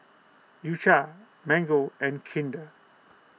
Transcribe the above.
U Cha Mango and Kinder